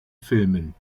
filmen